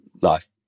life